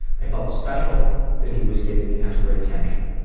i felt special that he was giving me extra attention.